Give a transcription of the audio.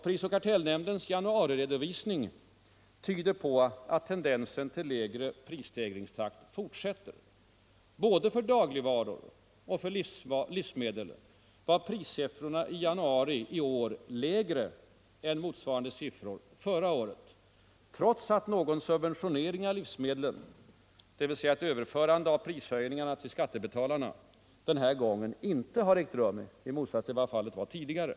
Pris och kartellnämndens januariredovisning tyder på att tendensen tilllägre prisstegringstakt forsätter. Både för dagligvaror och för livsmedel var någon subventionering av livsmedlen — dvs. ett överförande av prishöjningarna till skattebetalarna — den här gången inte har ägt rum i motsats till vad fallet var udigare.